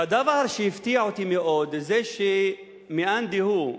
והדבר שהפתיע אותי מאוד זה שמאן דהוא,